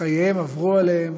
שחייהן עברו עליהן